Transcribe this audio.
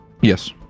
Yes